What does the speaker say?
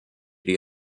die